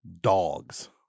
dogs